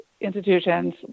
institutions